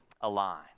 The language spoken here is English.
align